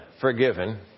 forgiven